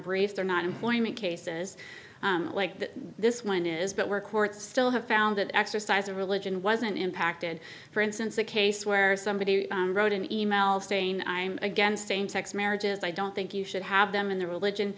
brief they're not employment cases like that this one is but we're courts still have found that exercise of religion wasn't impacted for instance a case where somebody wrote an e mail saying i'm against same sex marriages i don't think you should have them in the religion